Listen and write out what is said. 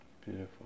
Beautiful